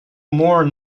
more